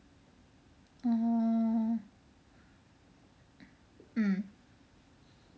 orh um